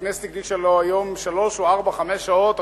הכנסת הקדישה לו היום שלוש שעות או ארבע-חמש שעות,